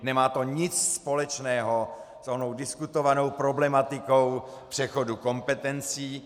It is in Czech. Nemá to nic společného s onou diskutovanou problematikou přechodu kompetencí.